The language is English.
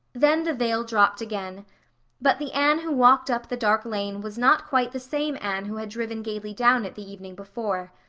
then the veil dropped again but the anne who walked up the dark lane was not quite the same anne who had driven gaily down it the evening before.